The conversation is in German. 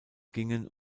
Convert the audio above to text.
gingen